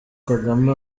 kagame